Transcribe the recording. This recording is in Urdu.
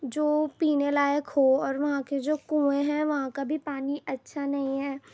جو پینے لائق ہو اور وہاں کے جو کنویں ہیں وہاں کا بھی پانی اچھا نہیں ہے